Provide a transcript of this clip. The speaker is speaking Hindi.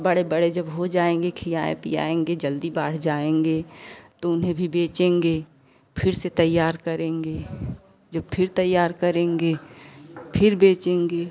बड़े बड़े जब हो जाएंगे खिआए पियाएंगे जल्दी बाढ़ जाएंगे तो उन्हें भी बेचेंगे फिर से तैयार करेंगे जब फिर तैयार करेंगे फिर बेचेंगे